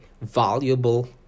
valuable